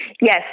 Yes